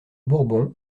bourbons